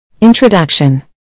Introduction